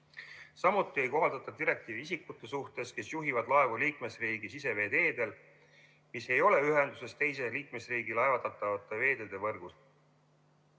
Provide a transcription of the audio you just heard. Samuti ei kohaldata direktiivi isikute suhtes, kes juhivad laevu liikmesriigi siseveeteedel, mis ei ole ühenduses teise liikmesriigi laevatatavate veeteede võrgustikuga,